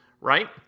right